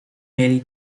mieli